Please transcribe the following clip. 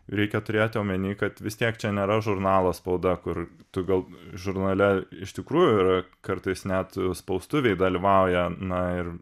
reikia turėti omeny kad vis tiek čia nėra žurnalas spauda kur tu gal žurnale iš tikrųjų yra kartais net spaustuvėj dalyvauja na ir